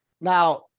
now